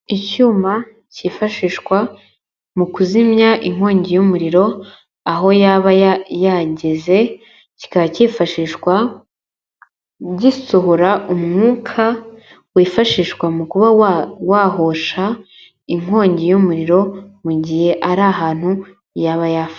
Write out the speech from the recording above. Icyuma cyifashishwa mu kuzimya inkongi y'umuriro, aho yaba yageze, kikaba cyifashishwa gisohora umwuka, wifashishwa mu kuba wahosha inkongi y'umuriro, mu gihe ari ahantu yaba yafashe.